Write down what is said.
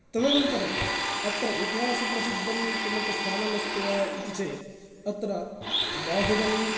तदन्तरम् अत्र इतिहासप्रसिद्धं किमपि स्थानम् अस्ति वा इति चेत् अत्र बाहुवली